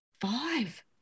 five